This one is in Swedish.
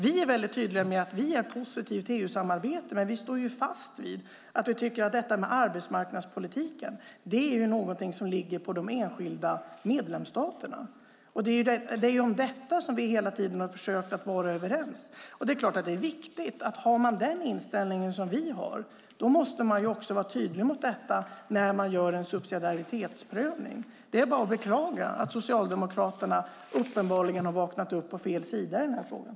Vi är väldigt tydliga med att vi är positiva till EU-samarbete, men vi står fast vid att arbetsmarknadspolitiken är någonting som ligger på de enskilda medlemsstaterna. Det är ju om detta vi hela tiden har försökt att vara överens. Det är klart att det är viktigt, om man har den inställning som vi har, att också vara tydlig om detta när man gör en subsidiaritetsprövning. Det är bara att beklaga att Socialdemokraterna uppenbarligen har vaknat upp på fel sida i den här frågan.